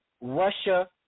Russia